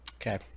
Okay